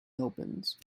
opens